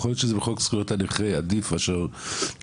יכול להיות שעדיף שזה יהיה בחוק זכויות הנכה כי בסל